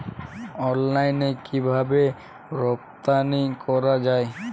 অনলাইনে কিভাবে রপ্তানি করা যায়?